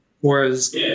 Whereas